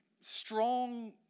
strong